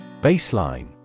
Baseline